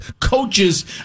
coaches